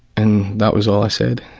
and that was all i said.